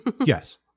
Yes